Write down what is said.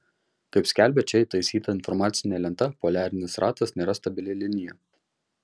kaip skelbia čia įtaisyta informacinė lenta poliarinis ratas nėra stabili linija